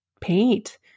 paint